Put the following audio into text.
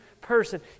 person